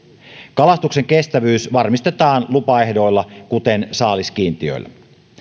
kalastuksen kestävyys varmistetaan lupaehdoilla kuten saaliskiintiöillä